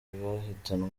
bahitanwe